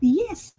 yes